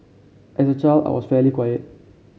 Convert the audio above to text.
as a child I was fairly quiet